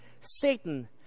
Satan